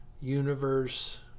universe